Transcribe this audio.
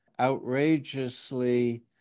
outrageously